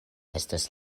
estas